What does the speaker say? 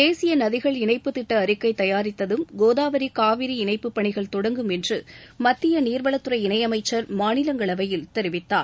தேசிய நதிகள் இணைப்பு திட்ட அறிக்கை தயாரித்ததும் கோதாவரி காவிரி இணைப்புப் பணிகள் தொடங்கும் என்று மத்திய நீர்வளத்துறை இணை அமைச்சர் மாநிலங்களவையில் தெரிவித்தார்